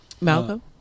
Malcolm